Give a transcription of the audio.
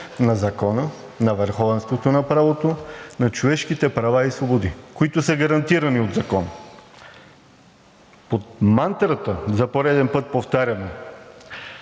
на Закона, на върховенството на правото, на човешките права и свободи, които са гарантирани от Закона. Под мантрата – за пореден път повтарям,